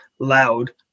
loud